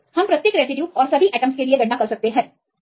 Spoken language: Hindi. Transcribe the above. इसलिए हम प्रत्येक रेसिड्यूज और सभी एटमस के लिए गणना कर सकते हैं